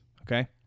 okay